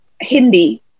Hindi